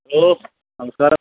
hello നമസ്ക്കാരം